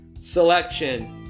Selection